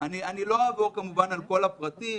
אני לא אעבור כמובן על כל הפרטים,